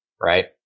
right